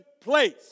place